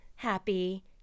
Happy